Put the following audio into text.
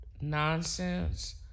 nonsense